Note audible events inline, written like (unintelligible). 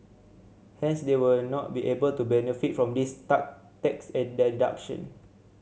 hence they will not be able to benefit from these (unintelligible) tax (unintelligible) deduction